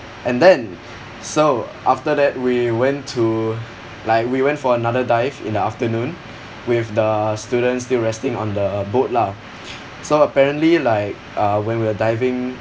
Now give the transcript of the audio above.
and then so after that we went to like we went for another dive in the afternoon with the students still resting on the boat lah so apparently like uh when we were diving